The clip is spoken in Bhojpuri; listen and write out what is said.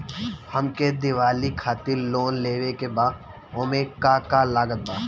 हमके दिवाली खातिर लोन लेवे के बा ओमे का का लागत बा?